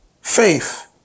Faith